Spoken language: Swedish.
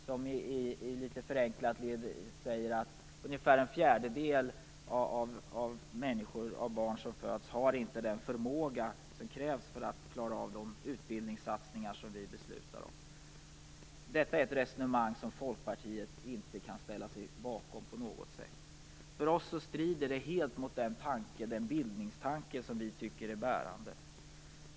Han säger litet förenklat att ungefär en fjärdedel av de barn som föds har inte den förmåga som krävs för att leva upp till de utbildningssatsningar som vi beslutar om. Detta är ett resonemang som vi i Folkpartiet inte på något sätt kan ställa oss bakom. För oss strider detta helt mot den bildningstanke som vi tycker är bärande.